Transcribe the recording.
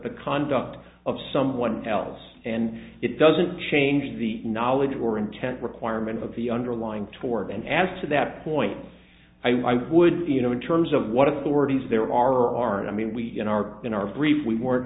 the conduct of someone else and it doesn't change the knowledge or intent requirement of the underlying toward and as to that point i would be you know in terms of what authorities there are or aren't i mean we in our in our brief we were